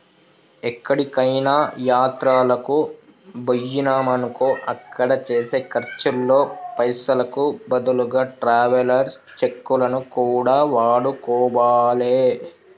ఎక్కడికైనా యాత్రలకు బొయ్యినమనుకో అక్కడ చేసే ఖర్చుల్లో పైసలకు బదులుగా ట్రావెలర్స్ చెక్కులను కూడా వాడుకోవాలే